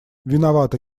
виновато